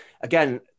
again